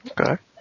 Okay